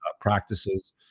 practices